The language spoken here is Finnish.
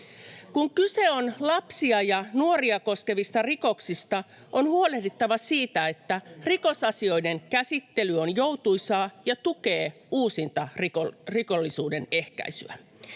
Kun kyse on lapsia ja nuoria koskevista rikoksista, on huolehdittava siitä, että rikosasioiden käsittely on joutuisaa ja tukee uusintarikollisuuden ehkäisyä.